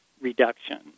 reduction